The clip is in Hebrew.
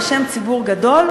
בשם ציבור גדול,